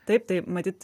taip tai matyt